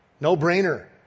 No-brainer